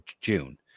June